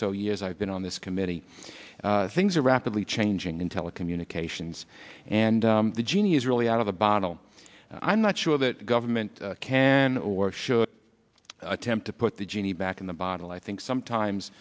so years i've been on this committee things are rapidly changing in telecommunications and the genie is really out of the bottle i'm not sure that government can or should attempt to put the genie back in the bottle i think